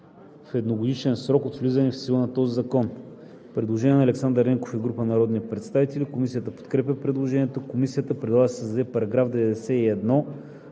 в едногодишен срок от влизането в сила на този закон.“ Предложение от Александър Ненков и група народни представители. Комисията подкрепя предложението. Комисията предлага да се създаде § 91: „§ 91.